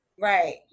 Right